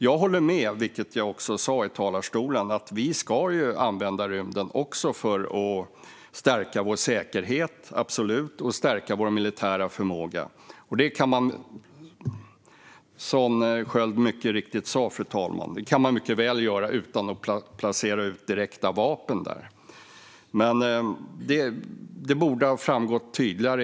Jag håller absolut med om att vi ska använda rymden också för att stärka vår säkerhet och vår militära förmåga, vilket jag också sa i talarstolen, och det kan man mycket väl, och som Sköld mycket riktigt sa, göra utan att direkt placera ut vapen där. Detta borde som sagt ha framgått tydligare.